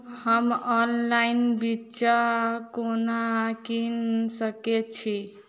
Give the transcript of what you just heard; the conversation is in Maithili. हम ऑनलाइन बिच्चा कोना किनि सके छी?